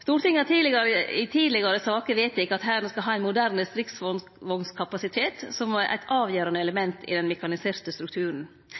Stortinget har i tidlegare saker vedteke at Hæren skal ha ein moderne stridsvognkapasitet som eit avgjerande element i den mekaniserte strukturen.